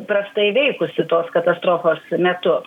prastai veikusi tos katastrofos metu